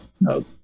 No